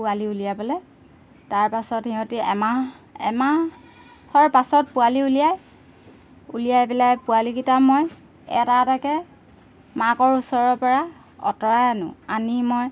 পোৱালি উলিয়াই পেলাই তাৰপাছত সিহঁতে এমাহ এমাহৰ পাছত পোৱালি উলিয়াই উলিয়াই পেলাই পোৱালীকেইটা মই এটা এটাকৈ মাকৰ ওচৰৰ পৰা আঁতৰাই আনো আনি মই